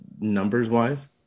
Numbers-wise